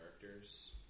characters